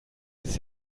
ist